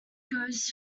goes